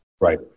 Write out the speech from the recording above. Right